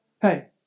hey